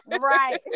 Right